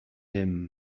him